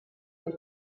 dei